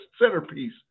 centerpiece